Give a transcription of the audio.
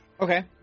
Okay